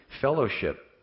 Fellowship